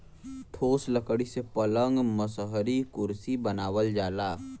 ठोस लकड़ी से पलंग मसहरी कुरसी बनावल जाला